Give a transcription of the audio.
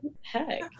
heck